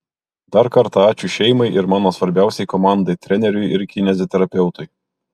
dar kartą ačiū šeimai ir mano svarbiausiai komandai treneriui ir kineziterapeutui